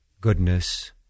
goodness